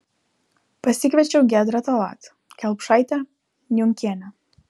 pasikviečiau giedrę tallat kelpšaitę niunkienę